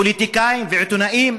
פוליטיקאים ועיתונאים,